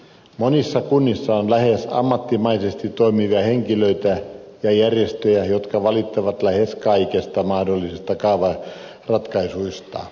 monissa kunnissa on lähes ammattimaisesti toimivia henkilöitä ja järjestöjä jotka valittavat lähes kaikista mahdollisista kaavaratkaisuista